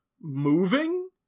moving